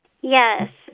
Yes